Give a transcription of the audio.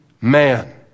man